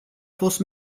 fost